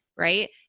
right